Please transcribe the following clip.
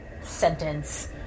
sentence